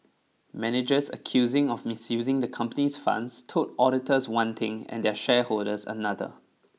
managers accusing of misusing the comopany's funds told auditors one thing and their shareholders another